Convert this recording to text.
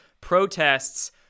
protests